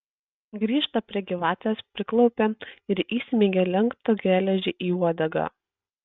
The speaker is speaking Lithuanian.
grįžta prie gyvatės priklaupia ir įsmeigia lenktą geležį į uodegą